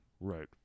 Right